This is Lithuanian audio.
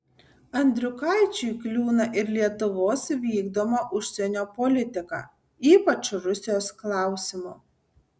andriukaičiui kliūna ir lietuvos vykdoma užsienio politika ypač rusijos klausimu